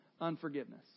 Unforgiveness